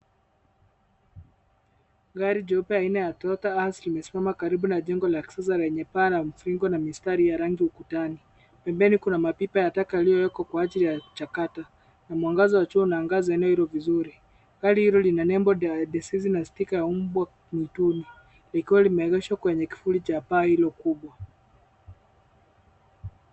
Gari jeupe aina ya ToyotaHerse limesimama karibu na jengo la kisasa lenye paa la mviringo na mistari ya rangi ukutani. Pembeni kuna mapipa ya taka yaliyowekwa kwa ajili ya chakata. Na mwangaza wa jua linaangaza eneo hilo vizuri. Gari hilo lina nembo ya deceased na picha ya mbwa mwituni. Likiwa limeegeshwa kwenye kivuli cha paa hilo kubwa.